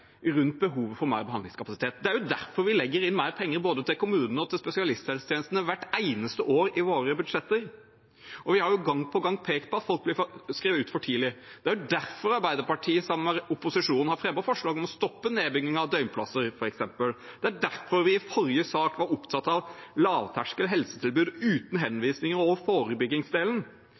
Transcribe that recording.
rundt behovet for mer behandlingskapasitet. Det er derfor vi legger inn mer penger både til kommunene og til spesialisthelsetjenestene hvert eneste år i våre budsjetter. Vi har gang på gang pekt på at folk blir skrevet ut for tidlig. Det er jo derfor Arbeiderpartiet sammen med opposisjonen har fremmet forslag om f.eks. å stoppe nedbyggingen av døgnplasser. Det er derfor vi i forrige sak var opptatt av lavterskel helsetilbud uten henvisninger og forebyggingsdelen.